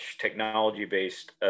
technology-based